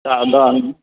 చాలా బాగుంది